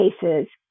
cases